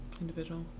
Individual